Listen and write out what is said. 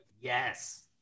Yes